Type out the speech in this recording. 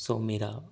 ਸੋ ਮੇਰਾ